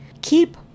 keep